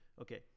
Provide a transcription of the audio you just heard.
Okay